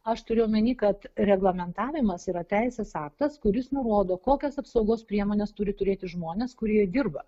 aš turiu omeny kad reglamentavimas yra teisės aktas kuris nurodo kokias apsaugos priemones turi turėti žmonės kurie dirba